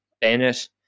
bennett